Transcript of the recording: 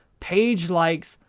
page likes,